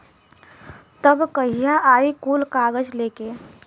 तब कहिया आई कुल कागज़ लेके?